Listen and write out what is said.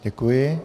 Děkuji.